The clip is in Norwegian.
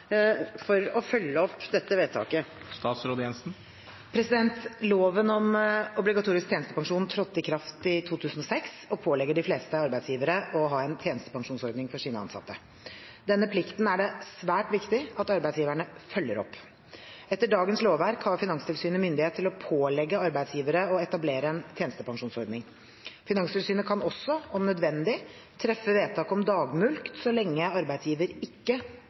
for å følge opp dette vedtaket?» Loven om obligatorisk tjenestepensjon trådte i kraft i 2006 og pålegger de fleste arbeidsgivere å ha en tjenestepensjonsordning for sine ansatte. Denne plikten er det svært viktig at arbeidsgiverne følger opp. Etter dagens lovverk har Finanstilsynet myndighet til å pålegge arbeidsgivere å etablere en tjenestepensjonsordning. Finanstilsynet kan også, om nødvendig, treffe vedtak om dagmulkt så lenge arbeidsgiveren ikke